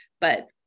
But-